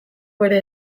bere